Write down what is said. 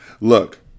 Look